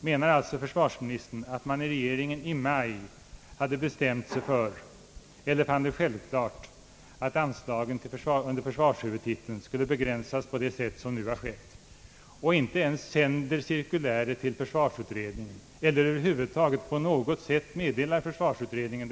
Menar alltså försvarsministern att man inom regeringen i maj fann det självklart att anslagen under försvarshuvudtiteln skulle begränsas på det sätt som nu har skett och trots detta inte ens sänder cirkuläret till försvarsutredningen eller över huvud taget på något sätt informerar utredningen?